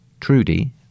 Trudy